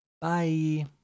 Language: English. Bye